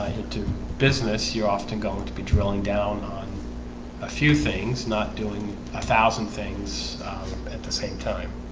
into business you're often going to be drilling down on a few things not doing a thousand things at the same time